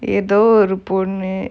எதோ ஒரு பொண்ணு:etho oru ponnu